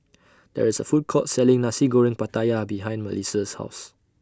There IS A Food Court Selling Nasi Goreng Pattaya behind Melisa's House